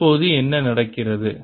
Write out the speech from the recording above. இப்போது என்ன நடக்கிறது